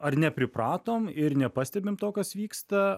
ar nepripratom ir nepastebim to kas vyksta